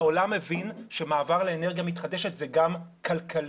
העולם הבין שמעבר לאנרגיה מתחדשת, זה גם כלכלי.